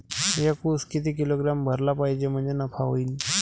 एक उस किती किलोग्रॅम भरला पाहिजे म्हणजे नफा होईन?